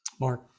Mark